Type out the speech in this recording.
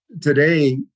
today